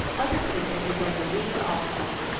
other people were going to leave also,